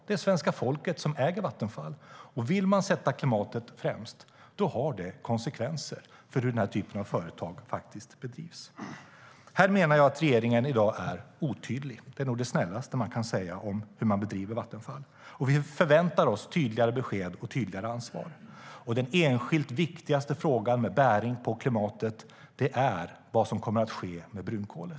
Det är svenska folket som äger Vattenfall. Och om man vill sätta klimatet främst har det konsekvenser för hur den här typen av företag bedrivs. Jag menar att regeringen är otydlig i dag. Det är nog det snällaste man kan säga om hur Vattenfall drivs. Vi förväntar oss tydligare besked och tydligare ansvar. Och den enskilt viktigaste frågan, med bäring på klimatet, är vad som kommer att ske med brunkolet.